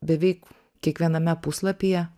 beveik kiekviename puslapyje